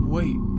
Wait